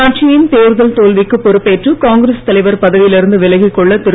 கட்சியின் தேர்தல் தோல்விக்கு பொறுப்பேற்று காங்கிரஸ் தலைவர் பதவியில் இருந்து விலகிக் கொள்ள திரு